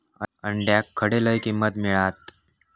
अंड्याक खडे लय किंमत मिळात?